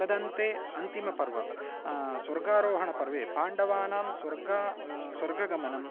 तदन्ते अन्तिमपर्व स्वर्गारोहणपर्वे पाण्डवानां स्वर्गः स्वर्गगमनं